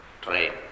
train